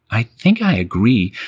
i think i agree,